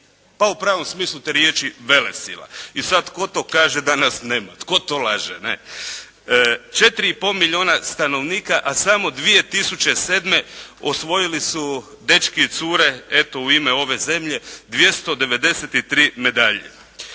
pa u pravom smislu te riječi velesila. I sada tko to kaže da nas nema, tko to laže, ne? Četiri i pol milijuna stanovnika, a samo 2007. osvojili su dečki i cure, eto u ime ove zemlje 293 medalje.